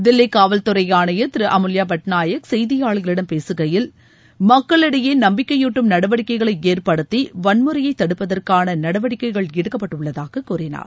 தில்லி காவல்துறை ஆணையர் திரு அமுல்யா பட்நாயக் செய்தியாளர்களிடம் பேககையில் மக்களிடையே நம்பிக்கையூட்டும் நடவடிக்கைகளை ஏற்படுத்தி வன்முறையைத் தடுப்பதற்கான நடவடிக்கைகள் எடுக்கப்பட்டுள்ளதாக கூறினார்